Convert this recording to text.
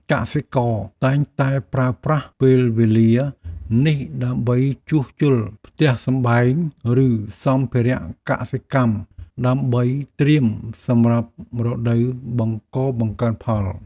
កសិករតែងតែប្រើប្រាស់ពេលវេលានេះដើម្បីជួសជុលផ្ទះសម្បែង ឬសម្ភារៈកសិកម្មដើម្បីត្រៀមសម្រាប់រដូវបង្កបង្កើនផល។